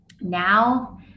Now